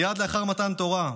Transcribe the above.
מייד לאחר מתן תורה,